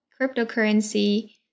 cryptocurrency